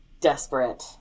desperate